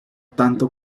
tanto